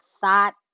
thought